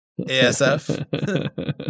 ASF